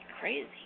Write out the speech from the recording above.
crazy